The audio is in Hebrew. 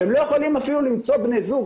שהם לא יכולים אפילו למצוא בני זוג,